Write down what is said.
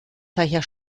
daher